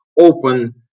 open